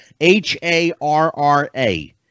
H-A-R-R-A